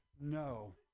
no